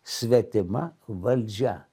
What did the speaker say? svetima valdžia